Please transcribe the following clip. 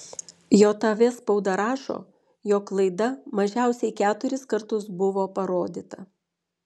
jav spauda rašo jog laida mažiausiai keturis kartus buvo parodyta